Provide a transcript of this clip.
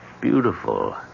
beautiful